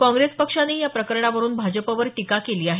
काँग्रेस पक्षानेही या प्रकरणावरुन भाजपवर टीका केली आहे